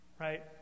Right